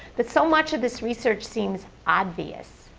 but so much of this research seems obvious,